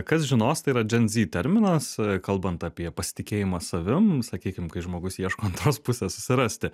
kas žinos tai yra džen zy terminas kalbant apie pasitikėjimą savim sakykim kai žmogus ieško antros pusės susirasti